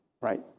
right